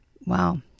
Wow